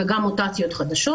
וגם מוטציות חדשות.